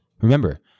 Remember